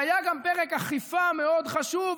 והיה גם פרק אכיפה מאוד חשוב,